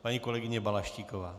Paní kolegyně Balaštíková.